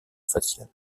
faciale